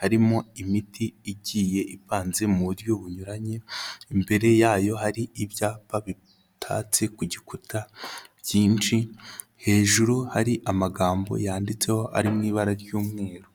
harimo imiti igiye ipanze mu buryo bunyuranye, imbere yayo hari ibyapa bitatse ku gikuta byinshi, hejuru hari amagambo yanditseho ari mu ibara ry'umweru.